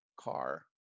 car